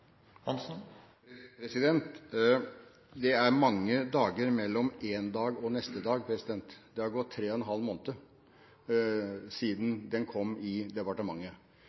Det er mange dager mellom en dag og neste dag – det har gått tre og en halv måned siden den kom til departementet.